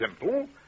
simple